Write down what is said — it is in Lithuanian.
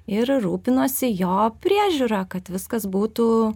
ir rūpinuosi jo priežiūra kad viskas būtų